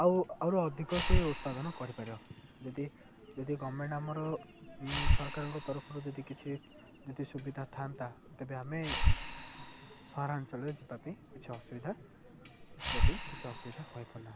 ଆଉ ଆହୁରି ଅଧିକ ସେ ଉତ୍ପାଦନ କରିପାରିବ ଯଦି ଯଦି ଗଭର୍ଣ୍ଣମେଣ୍ଟ୍ ଆମର ସରକାରଙ୍କ ତରଫରୁ ଯଦି କିଛି ଯଦି ସୁବିଧା ଥାଆନ୍ତା ତେବେ ଆମେ ସହରାଞ୍ଚଳରେ ଯିବା ପାଇଁ କିଛି ଅସୁବିଧା ଯିବା ପାଇଁ କିଛି ଅସୁବିଧା ହୋଇପାରୁନଥାନ୍ତା